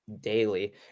daily